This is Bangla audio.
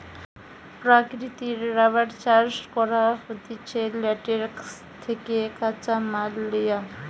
প্রাকৃতিক রাবার চাষ করা হতিছে ল্যাটেক্স থেকে কাঁচামাল লিয়া